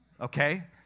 okay